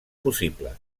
possible